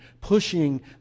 pushing